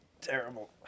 Terrible